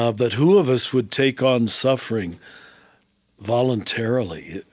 ah but who of us would take on suffering voluntarily?